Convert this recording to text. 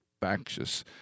factious